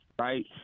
right